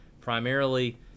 primarily